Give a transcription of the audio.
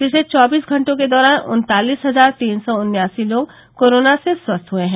पिछले चौबीस घंटों के दौरान उन्तालिस हजार तीन सौ उन्यासी लोग कोरोना से स्वस्थ हए है